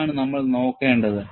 ഇതാണ് നമ്മൾ നോക്കേണ്ടത്